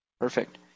Perfect